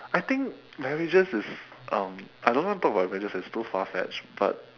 I think marriages is um I don't want to talk about marriages it's too far fetched but